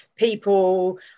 People